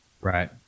Right